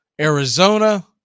Arizona